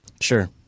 Sure